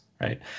right